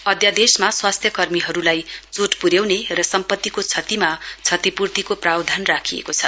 अध्यादेशमा स्वास्थ्यकर्मीहरूलाई चोट पुन्याउने र सम्पतिको क्षतिमा क्षतिपूर्तिको प्रावधान राखिएको छ